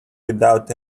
without